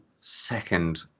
second